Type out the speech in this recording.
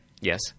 Yes